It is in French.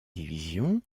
division